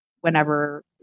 whenever